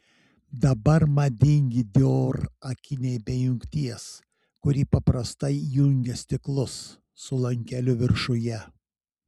dabar madingi dior akiniai be jungties kuri paprastai jungia stiklus su lankeliu viršuje